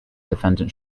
defendant